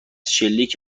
شلیک